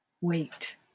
Wait